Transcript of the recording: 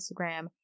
Instagram